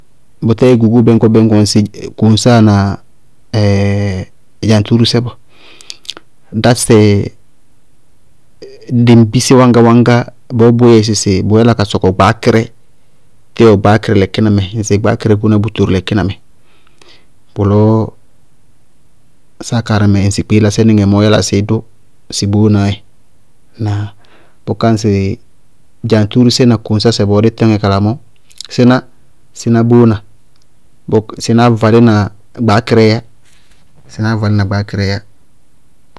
Bʋtɛɛ gogóo bɛñkɔ-bɛñkɔ ŋsɩ koŋsáa na dzaŋtúúrúsɛ bɔɔ, dásɛ dembise wáñgá-wáñgá bɔɔ bʋʋ yɛ sɩsɩ yálá ka sɔkɔ gbaákɩrɛ, tíwɔ gbaákɩrɛ, ŋsɩ gbaákɩrɛ bʋtooro lɛkínamɛ, bʋlɔɔ sáa karɩmɛ, ŋsɩ kpeélaásɛ níŋɛ mɔɔɔ yála sɩí dʋ sɩ bóónaá yɛ, ŋnáa? Bʋká ŋsɩ dzaŋtúúrúsɛ na koŋsásɛ bɔɔ dí tɩñŋa kala mɔɔ, síná, síná bóóna, sínáá valɩna gbaákɩrɛɛ yá, sínáá valɩna gbaákɩrɛɛ yá.